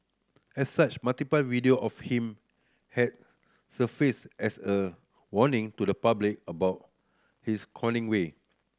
as such multiple video of him has surfaced as a warning to the public about his conning way